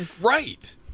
right